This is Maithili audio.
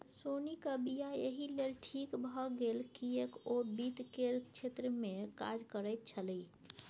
सोनीक वियाह एहि लेल ठीक भए गेल किएक ओ वित्त केर क्षेत्रमे काज करैत छलीह